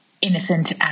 innocent